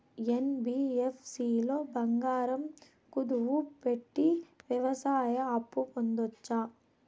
NBFC లో బంగారం కుదువు పెట్టి వ్యవసాయ అప్పు పొందొచ్చా?